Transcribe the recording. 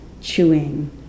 chewing